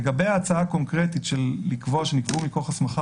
לגבי ההצעה הקונקרטית לקבוע מכוח הסמכה